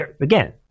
Again